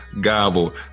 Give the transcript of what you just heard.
gobble